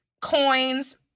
coins